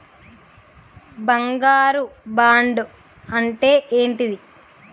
బంగారు బాండు అంటే ఏంటిది?